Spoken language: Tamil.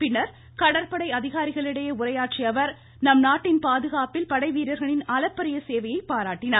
பின்னர் கடற்படை அதிகாரிகளிடையே உரையாற்றிய அவர் நம் நாட்டின் பாதுகாப்பில் படைவீரர்களின் அளப்பறிய சேவையை பாராட்டினார்